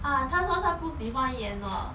ah 他说他不喜欢演了